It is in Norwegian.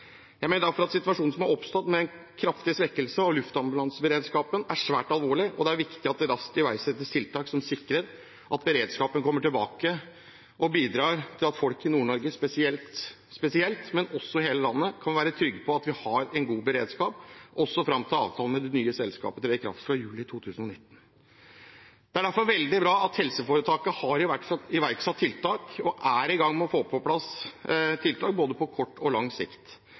Jeg mener derfor at situasjonen som er oppstått, med en kraftig svekkelse av luftambulanseberedskapen, er svært alvorlig. Det er viktig at det raskt iverksettes tiltak som sikrer at beredskapen kommer tilbake, og som bidrar til at folk – spesielt i Nord-Norge, men også i hele landet – kan være trygge på at vi har en god beredskap, også fram til avtalen med det nye selskapet trer i kraft fra juli 2019. Det er derfor veldig bra at helseforetaket har iverksatt tiltak – og er i gang med å få på plass tiltak – på både kort og lang sikt.